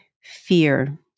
Fear